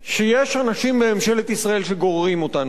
שיש אנשים בממשלת ישראל שגוררים אותנו אליה.